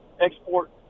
export